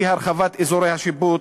אי-הרחבת אזורי השיפוט.